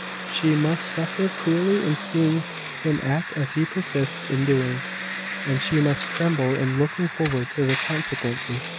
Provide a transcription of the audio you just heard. she must suffer cruelly in seeing him act as he persists in doing and she must tremble in looking forward to the consequences.